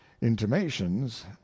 intimations